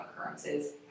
occurrences